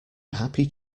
happy